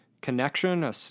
connection